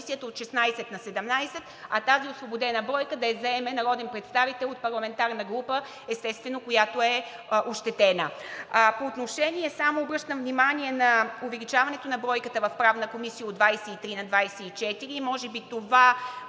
Комисията от 17 на 16, а тази освободена бройка да я заеме народен представител от парламентарна група, естествено, която е ощетена. Само обръщам внимание на увеличаването на бройката в Правната комисия от 23 на 24, може би това,